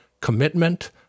commitment